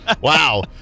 Wow